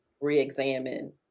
reexamine